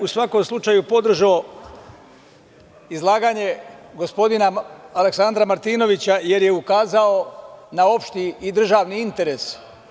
U svakom slučaju bih podržao izlaganje gospodina Aleksandra Martinovića, jer je ukazao na opšti i državni interes.